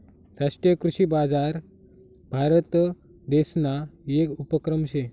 राष्ट्रीय कृषी बजार भारतदेसना येक उपक्रम शे